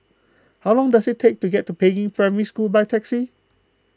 how long does it take to get to Peiying Primary School by taxi